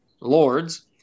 Lords